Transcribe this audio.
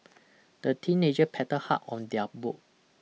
the teenager paddle hard on their boat